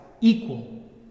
equal